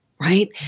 right